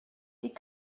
die